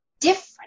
different